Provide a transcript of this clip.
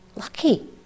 lucky